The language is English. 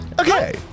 Okay